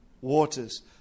waters